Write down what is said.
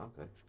okay